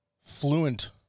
fluent